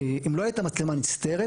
אם לא הייתה מצלמה נסתרת